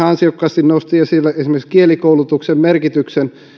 ansiokkaasti nosti esille esimerkiksi kielikoulutuksen merkityksen